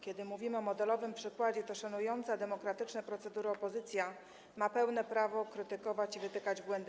Kiedy mówimy o modelowym przykładzie, to szanująca, demokratyczne procedury opozycja ma pełne prawo krytykować marszałka i wytykać mu błędy.